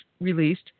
released